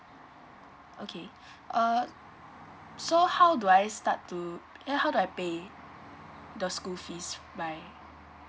okay err so how do I start to ya how do I pay the school fees by